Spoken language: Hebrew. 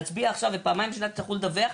נצביע עכשיו ופעמיים בשנה תצטרכו לדווח?